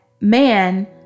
man